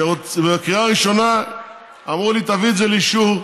שבקריאה הראשונה אמרו לי: תביא את זה לאישור,